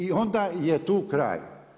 I onda je tu kraj.